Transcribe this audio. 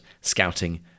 Scouting